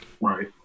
Right